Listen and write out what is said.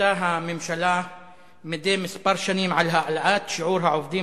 מחליטה הממשלה בכל כמה שנים על העלאת שיעור העובדים